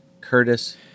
Curtis